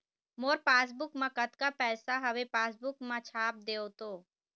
मोर passbook मा कतका पैसा हवे पासबुक मा छाप देव तो?